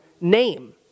name